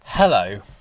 Hello